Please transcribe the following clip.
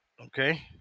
Okay